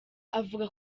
avuga